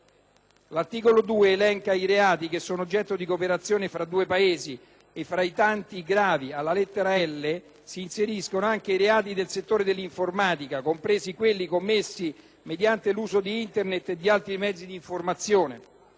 L'articolo 2 elenca i reati che sono oggetto di cooperazione fra i due Paesi e, fra i tanti gravi, alla lettera *l)*, si inseriscono anche i reati nel settore dell'informatica, compresi quelli commessi mediante l'uso di Internet e di altri mezzi di comunicazione.